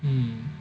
hmm